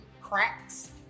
cracks